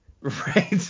Right